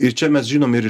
ir čia mes žinom ir